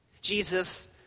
Jesus